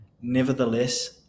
Nevertheless